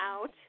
out